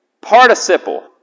participle